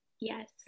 Yes